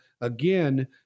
again